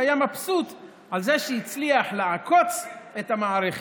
שהיה מבסוט מזה שהצליח לעקוץ את המערכת.